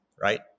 right